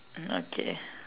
hmm okay